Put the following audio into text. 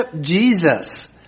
Jesus